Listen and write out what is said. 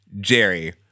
Jerry